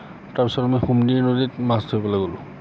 তাৰ পিছত আমি সোমদিৰি নদীত মাছ ধৰিবলৈ গ'লোঁ